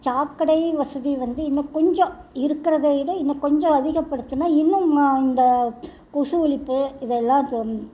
சாக்கடை வசதி வந்து இன்னும் கொஞ்சம் இருக்கிறதை விட இன்னும் கொஞ்சம் அதிகப்படுத்தினா இன்னும் இந்த கொசு ஒழிப்பு இதை எல்லாம்